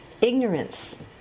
ignorance